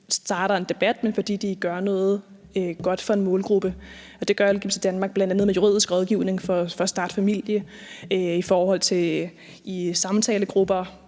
starter en debat, men fordi de gør noget godt for en målgruppe, og det gør LGBT+ Danmark bl.a. med juridisk rådgivning for at starte familie, samtalegrupper,